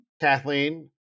Kathleen